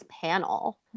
panel